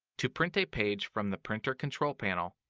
to print a page from the printer control panel,